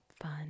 fun